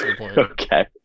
okay